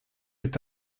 est